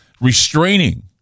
restraining